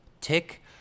tick